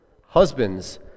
Husbands